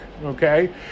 Okay